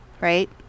right